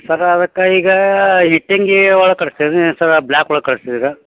ಸರ್ರ ಅದಕ್ಕೆ ಈಗ ಇಟ್ಟಿಗೆ ಒಳಗೆ ಕಡ್ಸ್ತೀರೇನು ಸರ್ರ ಬ್ಲಾಕ್ ಒಳಗೆ ಕಟ್ಸ್ತೀರ